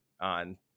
on